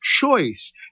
choice